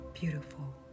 beautiful